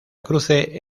cruce